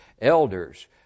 elders